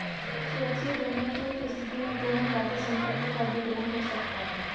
सुरक्षित ऋण में चूक की स्थिति में तोरण दाता संपत्ति का अधिग्रहण कर सकता है